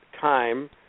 time